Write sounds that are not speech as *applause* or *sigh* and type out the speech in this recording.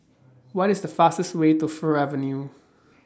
What IS The fastest Way to Fir Avenue *noise*